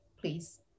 please